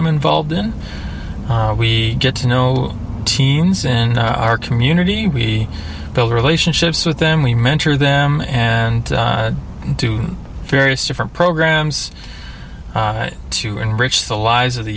i'm involved in we get to know teens in our community we build relationships with them we mentor them and do various different programs to enrich the lives of the